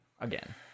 Again